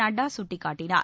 நட்டா சுட்டிக்காட்டினார்